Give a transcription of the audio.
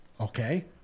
okay